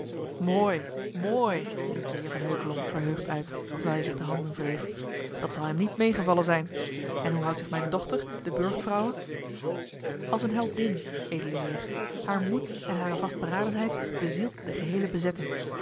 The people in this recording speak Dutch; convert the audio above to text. mooi mooi riep de heer van heukelom verheugd uit terwijl hij zich de handen wreef dat zal hem niet meegevallen zijn en hoe houdt zich mijne dochter de burchtvrouwe als eene heldin edele heer haar moed en hare vastberadenheid bezielt de geheele bezetting